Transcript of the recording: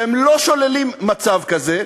שהם לא שוללים מצב כזה,